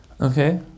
Okay